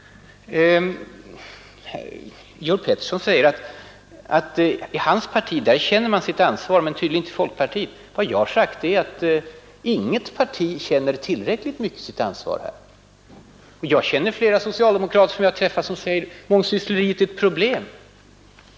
Herr Pettersson i Visby säger att man i hans parti känner sitt ansvar men tydligen inte i folkpartiet. Jag har sagt att inget parti känner tillräckligt mycket ansvar i den här frågan. Jag har träffat flera socialdemokrater som säger att mångsyssleriet är ett problem.